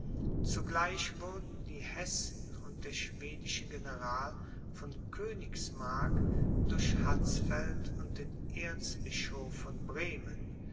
zugleich wurden die hessen und der schwedische general von königsmark durch hatzfeld und durch den erzbischof von bremen